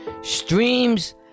Streams